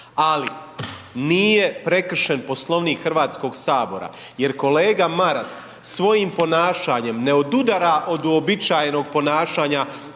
ali nije prekršen Poslovnik Hrvatskog sabora, jer kolega Maras svojim ponašanjem ne odudara od uobičajenog ponašanja